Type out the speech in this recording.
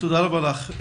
תודה רבה לך.